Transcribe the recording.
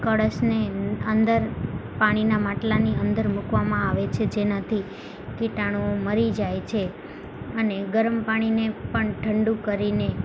કળશને અંદર પાણીના માટલાની અંદર મૂકવામાં આવે છે જેનાથી કિટાણું ઓ મરી જાય છે અને ગરમ પાણીને પણ ઠડું કરીને